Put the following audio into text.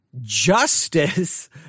justice